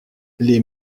les